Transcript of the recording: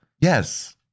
Yes